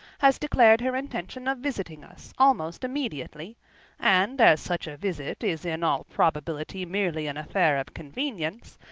has declared her intention of visiting us almost immediately and as such a visit is in all probability merely an affair of convenience,